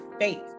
faith